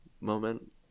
moment